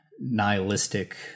nihilistic